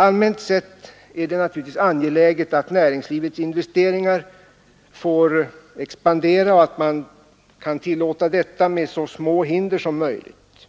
Allmänt sett är det naturligtvis angeläget att näringslivets investeringar får expandera och att man kan tillåta detta med så små hinder som möjligt.